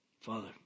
Father